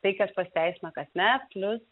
tai kas pasiteisino kasmet plius